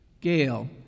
Gail